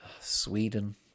Sweden